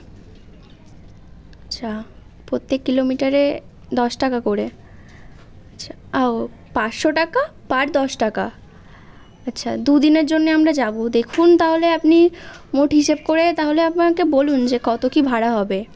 আচ্ছা প্রত্যেক কিলোমিটারে দশ টাকা করে আচ্ছা ও পাঁচশো টাকা পার দশ টাকা আচ্ছা দু দিনের জন্যে আমরা যাবো দেখুন তাহলে আপনি মোট হিসেব করে তাহলে আমাকে বলুন যে কতো কী ভাড়া হবে